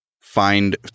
Find